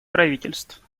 правительств